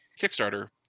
kickstarter